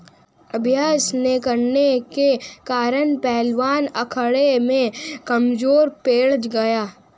अभ्यास न करने के कारण पहलवान अखाड़े में कमजोर पड़ गया